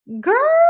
Girl